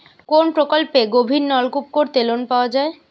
কোন প্রকল্পে গভির নলকুপ করতে লোন পাওয়া য়ায়?